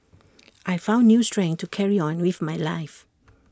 I found new strength to carry on with my life